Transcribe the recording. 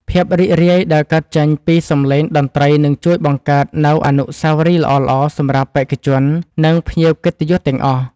ភាពរីករាយដែលកើតចេញពីសម្លេងតន្ត្រីនឹងជួយបង្កើតនូវអនុស្សាវរីយ៍ល្អៗសម្រាប់បេក្ខជន ឬ ភ្ញៀវកិត្តិយសទាំងអស់។